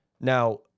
Now